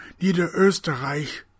Niederösterreich